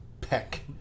Peck